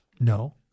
No